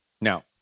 Now